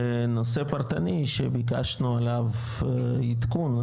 ונושא פרטני שביקשנו עליו עדכון,